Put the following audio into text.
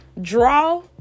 draw